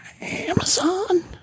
Amazon